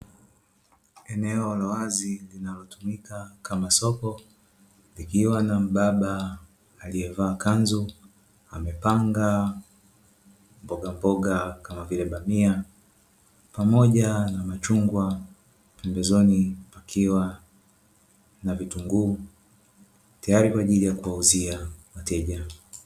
Eneo la wazi linalotumika kama soko likiwa na mbaba aliyevaa kanzu amepanga mbogamboga kama vile bamia pamoja na machungwa, pembezoni akiwa na vitunguu tayari kwaajili ya kuwauzia wateja.